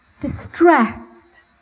distressed